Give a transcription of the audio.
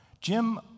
Jim